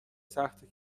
سخته